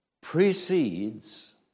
precedes